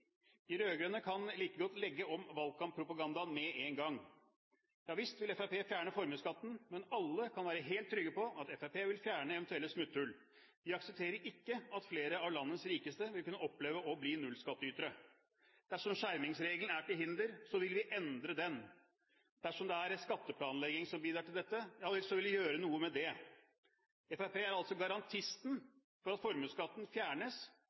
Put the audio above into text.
regjering. De rød-grønne kan like godt legge om valgkamppropagandaen med en gang. Ja visst vil Fremskrittspartiet fjerne formuesskatten, men alle kan være helt trygge på at Fremskrittspartiet vil fjerne eventuelle smutthull. Vi aksepterer ikke at flere av landets rikeste vil kunne oppleve å bli nullskattytere. Dersom skjermingsregelen er til hinder, vil vi endre den. Dersom det er skatteplanlegging som bidrar til dette, ja, så vil vi gjøre noe med det. Fremskrittspartiet er altså garantisten for at formuesskatten fjernes